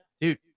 dude